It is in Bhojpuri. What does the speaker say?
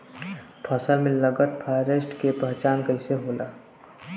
फसल में लगल फारेस्ट के पहचान कइसे होला?